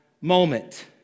moment